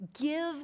Give